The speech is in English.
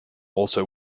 also